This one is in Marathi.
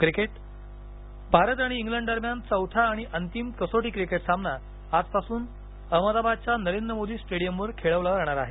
क्रिकेट भारत आणि इंग्लंड दरम्यान चौथा आणि अंतिम कसोटी क्रिकेट सामना आजपासून अहमदाबादच्या नरेंद्र मोदी स्टेडियम वर खेळला जाणार आहे